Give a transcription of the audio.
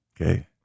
Okay